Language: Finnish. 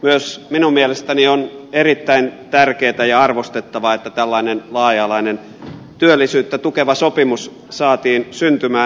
myös minun mielestäni on erittäin tärkeätä ja arvostettavaa että tällainen laaja alainen työllisyyttä tukeva sopimus saatiin syntymään